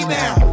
now